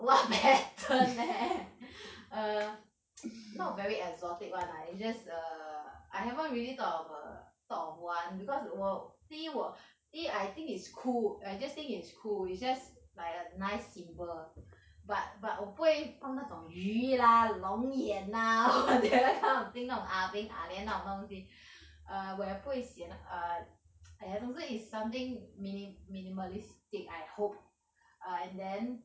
what pattern eh err not very exotic [one] ah is just the I haven't really thought of a thought of one because 我 feel see I think it's cool I just think it's cool it's just like a nice symbol but but 我不会放那种鱼 lah 龙眼 lah all that kind of thing 这种 ah beng ah lian 那种东西 err 我也不会写那 err !aiya! 总之 is something mini~ minimalistic I hope err and then